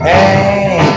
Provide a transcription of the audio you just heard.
Hey